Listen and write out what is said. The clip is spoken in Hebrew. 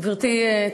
גברתי,